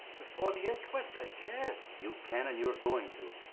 before the inquest? i can't. you can and you're going to.